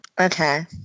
Okay